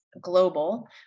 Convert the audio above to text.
global